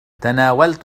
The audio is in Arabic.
تناولت